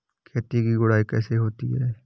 खेत की गुड़ाई कैसे होती हैं?